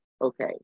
Okay